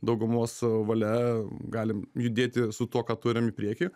daugumos valia galim judėti su tuo ką turim į priekį